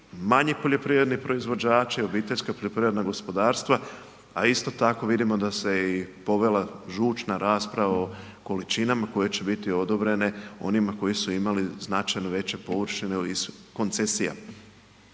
manji poljoprivredni proizvođači, OPG-ovi, a isto tako vidimo da se povela žučna rasprava o količinama koje će biti odobrene onima koji su imali značajno veće površine iz koncesija.